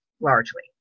largely